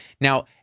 Now